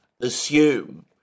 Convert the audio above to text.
assume